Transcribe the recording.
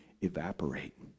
evaporate